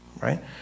Right